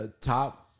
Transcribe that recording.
top